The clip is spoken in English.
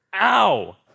Ow